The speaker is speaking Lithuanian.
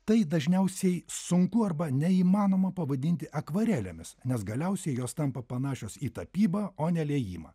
tai dažniausiai sunku arba neįmanoma pavadinti akvarelėmis nes galiausiai jos tampa panašios į tapybą o ne liejimą